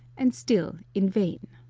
and still in vain.